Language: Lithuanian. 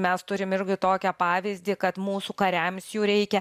mes turim irgi tokią pavyzdį kad mūsų kariams jų reikia